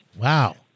Wow